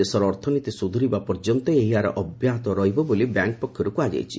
ଦେଶର ଅର୍ଥନୀତି ସୁଧୁରିବା ପର୍ଯ୍ୟନ୍ତ ଏହି ହାର ଅବ୍ୟାହତ ରହିବ ବୋଲି ବ୍ୟାଙ୍କ୍ ପକ୍ଷରୁ କୁହାଯାଇଛି